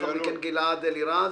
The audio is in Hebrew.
לאחר מכן גלעד אלירז.